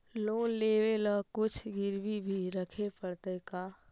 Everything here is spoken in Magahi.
लोन लेबे ल कुछ गिरबी भी रखे पड़तै का?